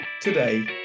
Today